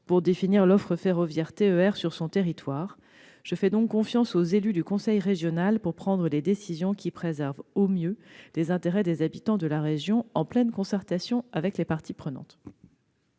pour définir l'offre ferroviaire TER sur son territoire et je fais confiance aux élus du conseil régional pour prendre les décisions qui préservent au mieux les intérêts des habitants de la région, en pleine concertation avec les parties prenantes.